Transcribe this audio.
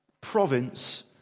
province